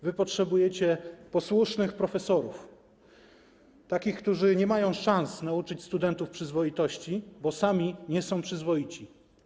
Wy potrzebujecie posłusznych profesorów, takich, którzy nie mają szans nauczyć studentów przyzwoitości, bo sami nie są przyzwoici.